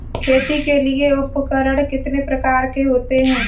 खेती के लिए उपकरण कितने प्रकार के होते हैं?